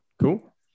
cool